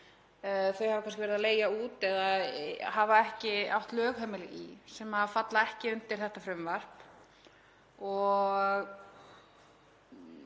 þeir hafa kannski verið að leigja út eða hafa ekki átt lögheimili í og sem falla ekki undir þetta frumvarp.